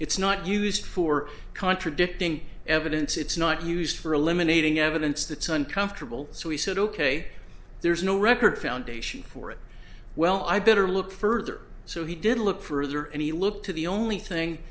it's not used for contradicting evidence it's not used for eliminating evidence that's uncomfortable so he said ok there's no record foundation for it well i better look further so he did look further and he looked to the only thing